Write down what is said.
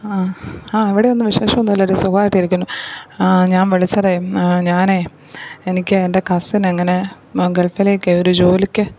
ആ ആ ഇവിടെയൊന്നും വിശേഷമൊന്നും ഇല്ലെടി സുഖമായിട്ടിരിക്കുന്നു ഞാൻ വിളിച്ചത് ഞാൻ എനിക്ക് എൻ്റെ കസിന് അങ്ങനെ ഗൾഫിലേക്ക് ഒരു ജോലിക്ക്